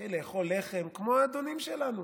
נתחיל לאכול לחם, כמו האדונים שלנו.